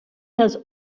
has